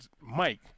Mike